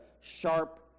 sharp